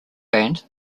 band